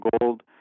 gold